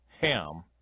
Ham